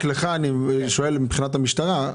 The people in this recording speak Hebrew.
אני שואל מבחינת המשטרה.